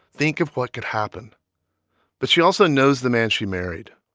think of what could happen but she also knows the man she married,